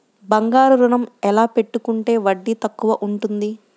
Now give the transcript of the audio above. బంగారు ఋణం ఎలా పెట్టుకుంటే వడ్డీ తక్కువ ఉంటుంది?